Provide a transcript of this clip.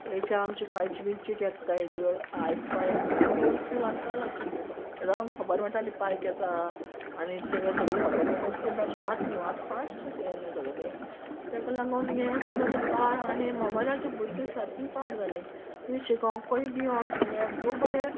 H आमच पायची बीन चीट येत्ताय तुका आयकपा एक म्हुयनो बोल पू लागतालो चीट येपा तेदो आंव खोबोर मेटाली पाय केसो आ आनी तेंगे सोगली होबोर मेटाली तेजे भाशेन आत न्हू आत फास्टस यें न्हू सोगलें तेक लागोन हें सोगलें पा आनी मॉबायलाचे भुरगीं सारकी पाड जाल्याय तीं शिकोंकूय बी वोस नाय यें भोव कोन यें